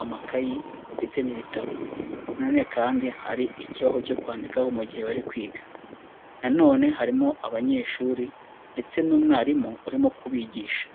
amakayi, ndetse n'ibitabo na none kandi hari ikibaho cyo kwandikaho mu gihe bari kwiga, na none harimo abanyeshuri ndetse n'umwarimu urimo kubigisha.